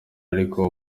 ariko